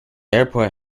airport